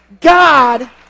God